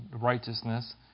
righteousness